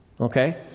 Okay